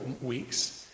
weeks